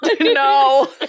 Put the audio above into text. no